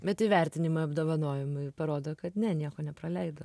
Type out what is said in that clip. bet įvertinimai apdovanojimai parodo kad ne nieko nepraleido